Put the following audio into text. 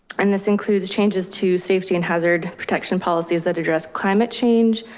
and this includes changes to safety and hazard protection policies that address climate change,